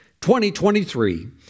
2023